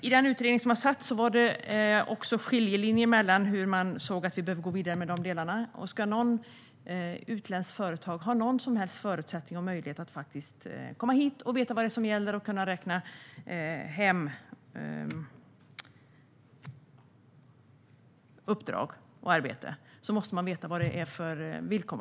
I den utredning som jag deltog i fanns det skiljelinjer vad gällde hur man ansåg att vi behövde gå vidare med dessa delar. Om utländska företag ska ha några som helst förutsättningar och möjligheter att komma hit, att veta vad som gäller och att kunna räkna hem uppdrag och arbete måste de veta vilka villkor som gäller.